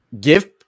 give